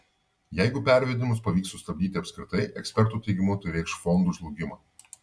jeigu pervedimus pavyks sustabdyti apskritai ekspertų teigimu tai reikš fondų žlugimą